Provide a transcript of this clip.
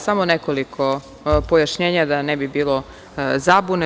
Samo nekoliko pojašnjenja da ne bi bilo zabune.